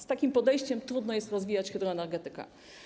Z takim podejściem trudno jest rozwijać hydroenergetykę.